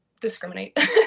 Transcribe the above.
discriminate